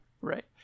Right